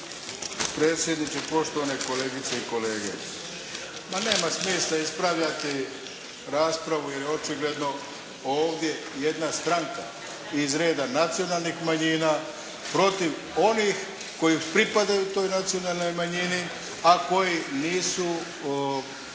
predsjedniče, poštovane kolegice i kolege. Ma nema smisla ispravljati raspravu jer je očigledno ovdje jedna stranka iz reda nacionalnih manjina protiv onih koji pripadaju toj nacionalnoj manjini, a koji nisu